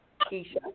Keisha